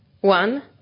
One